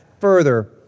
further